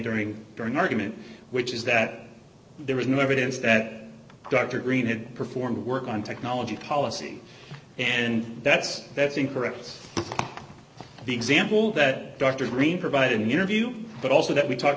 during during argument which is that there was no evidence that dr green had performed a work on technology policy and that's that's incorrect the example that dr greene provided an interview but also that we talked